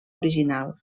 original